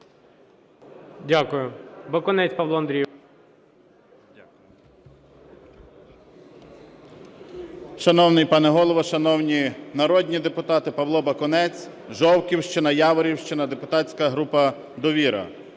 Дякую. Бакунець Павло Андрійович.